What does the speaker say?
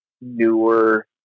newer